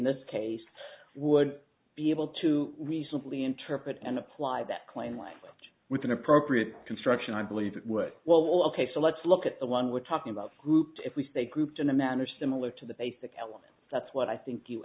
this case would be able to reasonably interpret and apply that claim language with an appropriate construction i believe it would well ok so let's look at the one we're talking about groups if we stay grouped in a manner similar to the basic element that's what i think you